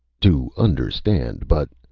to understand, but.